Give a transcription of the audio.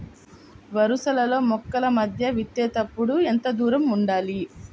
వరసలలో మొక్కల మధ్య విత్తేప్పుడు ఎంతదూరం ఉండాలి?